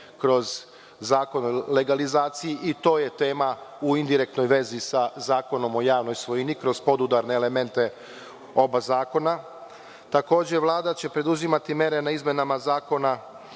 kroz Zakon o legalizaciji i to je tema u indirektnoj vezi sa Zakonom o javnoj svojini kroz podudarne mere oba zakona. Takođe, Vlada će preduzimati mere na izmenama Zakona